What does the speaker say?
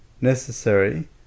necessary